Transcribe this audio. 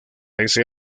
ese